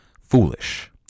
foolish